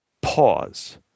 Pause